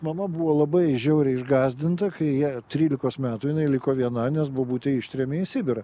mama buvo labai žiauriai išgąsdinta kai ją trylikos metų jinai liko viena nes bobutę ištrėmė į sibirą